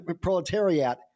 proletariat